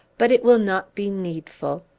but it will not be needful.